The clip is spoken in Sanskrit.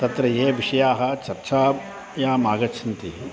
तत्र ये विषयाः चर्चायाम् आगच्छन्ति